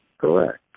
Correct